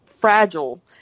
fragile